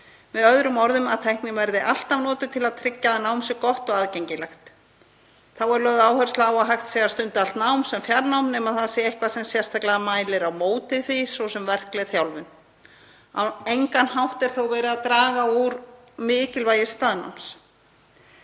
Með öðrum orðum, að tæknin verði alltaf notuð til að tryggja að nám sé gott og aðgengilegt. Þá er lögð áhersla á að hægt sé að stunda allt nám sem fjarnám nema það sé eitthvað sem sérstaklega mælir á móti því, svo sem verkleg þjálfun. Á engan hátt er þó verið að draga úr mikilvægi staðnáms,